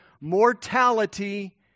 mortality